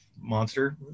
monster